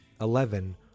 Eleven